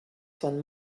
von